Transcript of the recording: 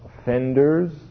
offenders